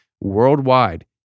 worldwide